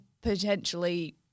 potentially